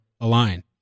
align